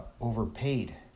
overpaid